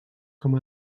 com